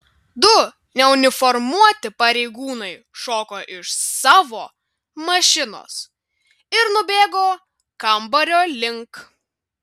du neuniformuoti pareigūnai šoko iš savo mašinos ir nubėgo kambario link